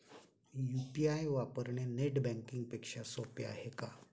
UPI वापरणे net banking पेक्षा सोपे आहे का?